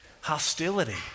Hostility